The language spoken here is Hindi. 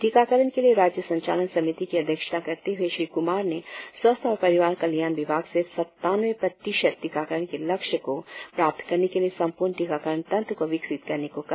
टीकाकरण के लिए राज्य संचालन समिति की अध्यक्षता करते हुए श्री कुमार ने स्वास्थ्य और परिवार कल्याण विभाग से सत्तानवें प्रतिशत टीकाकरण की लक्ष्य को प्राप्त करने के लिए संपूर्ण टीकाकरण तंत्र को विकसित करने को कहा